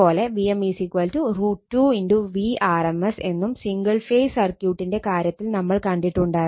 അതേ പോലെ vm √ 2 vrms എന്നും സിംഗിൾ ഫേസ് സർക്യൂട്ടിന്റെ കാര്യത്തിൽ നമ്മൾ കണ്ടിട്ടുണ്ടായിരുന്നു